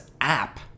app